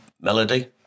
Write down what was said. melody